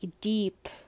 deep